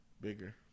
bigger